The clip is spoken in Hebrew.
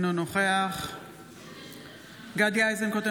אינו נוכח גדי איזנקוט,